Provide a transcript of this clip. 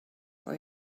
for